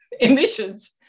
emissions